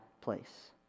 place